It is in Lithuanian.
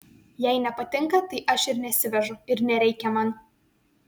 jei nepatinka tai aš ir nesivežu ir nereikia man